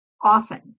often